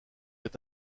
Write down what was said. est